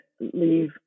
leave